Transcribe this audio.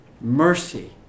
Mercy